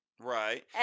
Right